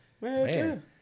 Man